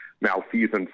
malfeasance